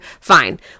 fine